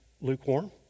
lukewarm